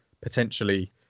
potentially